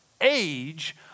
age